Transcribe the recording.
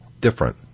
different